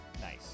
Nice